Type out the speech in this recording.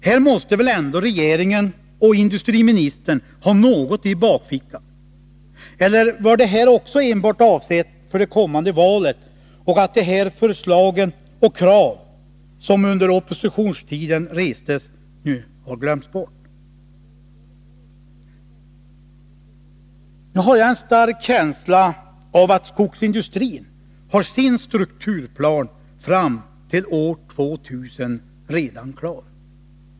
Här måste väl ändå regeringen och industriministern ha något i bakfickan. Eller var det här också enbart avsett för det kommande valet? Har man glömt förslagen och de krav som restes under oppositionstiden? Jag har en stark känsla av att skogsindustrin redan är klar med sin strukturplan som sträcker sig fram till år 2000.